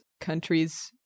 countries